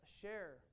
share